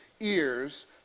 ears